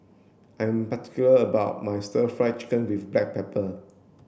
I am particular about my stir fry chicken with black pepper